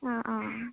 অঁ অঁ